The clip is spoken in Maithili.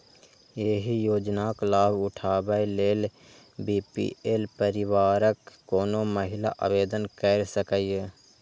एहि योजनाक लाभ उठाबै लेल बी.पी.एल परिवारक कोनो महिला आवेदन कैर सकैए